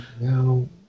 No